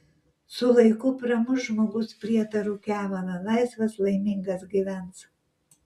su laiku pramuš žmogus prietarų kevalą laisvas laimingas gyvens